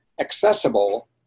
accessible